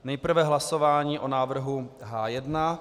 Nejprve hlasování o návrhu H1.